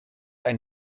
ein